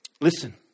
Listen